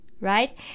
right